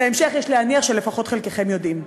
את ההמשך יש להניח שלפחות חלקכם יודעים.